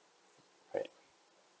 right